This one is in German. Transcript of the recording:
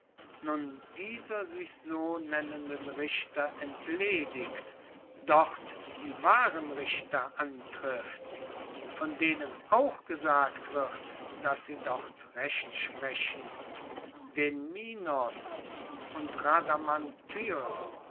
dieser sich so nennenden richter entledigt dort die wahren richter antrifft von denen auch gesagt wird daß sie dort recht sprechen den minos und